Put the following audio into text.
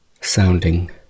sounding